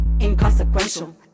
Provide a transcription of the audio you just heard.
inconsequential